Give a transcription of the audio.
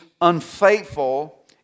unfaithful